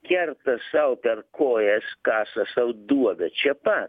kerta sau per kojas kasa sau duobę čia pat